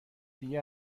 دیگه